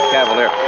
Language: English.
Cavalier